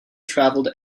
traveled